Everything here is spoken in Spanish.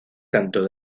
tanto